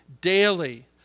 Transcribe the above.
daily